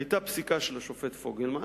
היתה פסיקה של השופט פוגלמן